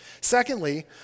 Secondly